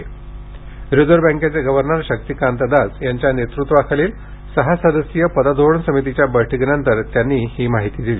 आज रिझर्व्ह बँकेचे गव्हर्नर शाक्तीकांत दास यांच्या नेतृत्वाखालील सहा सदस्यीय पतधोरण समितीच्या बैठकीनंतर दास यांनी ही माहिती दिली